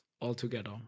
altogether